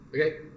Okay